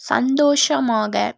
சந்தோஷமாக